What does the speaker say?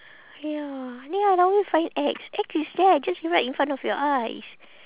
ya ya find X X is there just right in front of your eyes